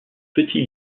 petit